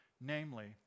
namely